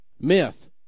Myth